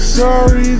sorry